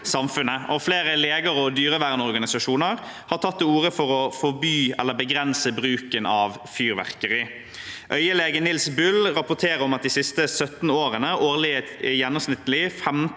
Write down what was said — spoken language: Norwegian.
Flere leger og dyrevernorganisasjoner har tatt til orde for å forby eller begrense bruken av fyrverkeri. Øyelege Nils Bull rapporterer om at det de siste 17 årene er årlig gjennomsnittlig 15